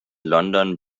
london